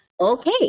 Okay